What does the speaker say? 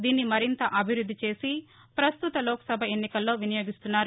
దీన్ని మరింత అభివృద్ది చేసి పస్తుత లోక్సభ ఎన్నికల్లో వినియోగిస్తున్నారు